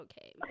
okay